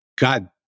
God